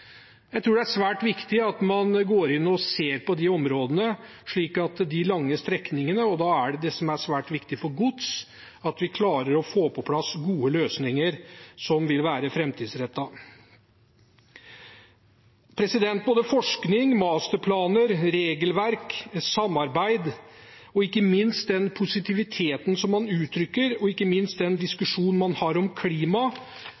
Jeg tror det er svært viktig at man går inn og ser på de områdene, de lange strekningene – og da er det svært viktig at vi klarer å få på plass gode og framtidsrettede løsninger for gods. Både forskning, masterplaner, regelverk, samarbeid og ikke minst den positiviteten man uttrykker, og